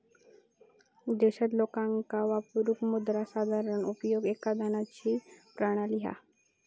देशात लोकांका वापरूक मुद्रा साधारण उपयोगात एक धनाची प्रणाली हा